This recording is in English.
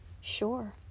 Sure